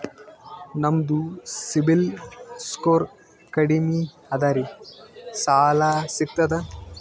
ನಮ್ದು ಸಿಬಿಲ್ ಸ್ಕೋರ್ ಕಡಿಮಿ ಅದರಿ ಸಾಲಾ ಸಿಗ್ತದ?